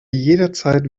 jederzeit